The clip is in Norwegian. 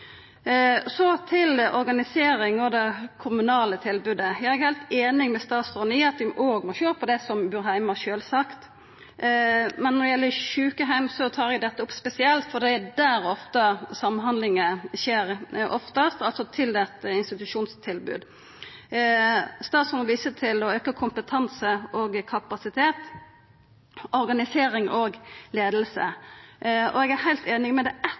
Så til organiseringa av det kommunale tilbodet. Eg er heilt einig med statsråden i at vi òg må sjå på dei som bur heime, sjølvsagt. Men når det gjeld sjukeheim, tar eg dette opp spesielt, for det er der samhandlinga om eit institusjonstilbod skjer oftast. Statsråden viser til å auka kompetanse og kapasitet, organisering og leiing. Eg er heilt einig, men det